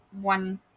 one